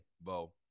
Bo